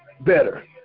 better